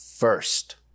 First